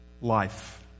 life